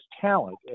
talent